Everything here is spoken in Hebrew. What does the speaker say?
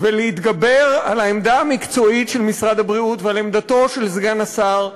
ולהתגבר על העמדה המקצועית של משרד הבריאות ועל עמדתו של סגן השר.